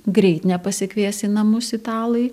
greit nepasikvies į namus italai